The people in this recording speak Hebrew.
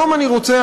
היום אני רוצה,